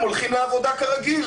הם הולכים לעבודה כרגיל.